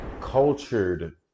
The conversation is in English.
cultured